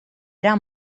era